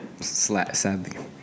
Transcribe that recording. Sadly